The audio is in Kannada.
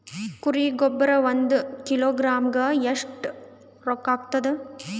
ಕುರಿ ಗೊಬ್ಬರ ಒಂದು ಕಿಲೋಗ್ರಾಂ ಗ ಎಷ್ಟ ರೂಕ್ಕಾಗ್ತದ?